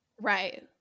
right